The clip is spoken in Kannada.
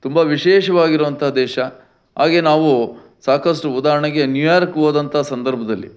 ತುಂಬ ವಿಶೇಷವಾಗಿರುವಂಥ ದೇಶ ಹಾಗೇ ನಾವು ಸಾಕಷ್ಟು ಉದಾಹರಣೆಗೆ ನ್ಯೂಯಾರ್ಕ್ ಹೋದಂಥ ಸಂದರ್ಭದಲ್ಲಿ